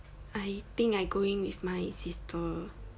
I think I going with my sister